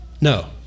No